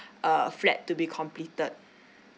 uh flat to be completed